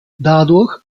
dadurch